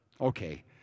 okay